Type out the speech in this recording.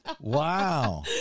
wow